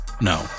no